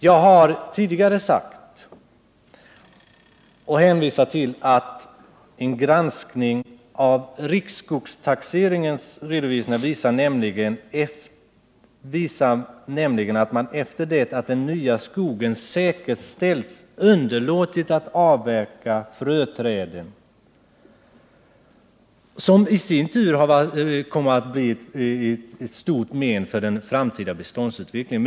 Jag har tidigare hänvisat till riksskogstaxeringens redovisningar. En granskning av dem visar nämligen att man efter det att den nya skogen säkerställts underlåtit att avverka fröträden, vilka i sin tur kommer att bli ett stort men för den framtida beståndsutvecklingen.